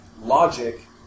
logic